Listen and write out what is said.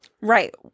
Right